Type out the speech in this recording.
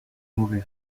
movie